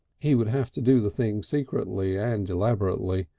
he would have to do the thing secretly and elaborately,